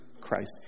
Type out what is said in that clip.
Christ